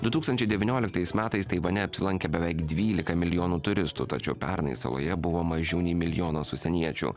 du tūkstančiai devynioliktais metais taivane apsilankė beveik dvylika milijonų turistų tačiau pernai saloje buvo mažiau nei milijonas užsieniečių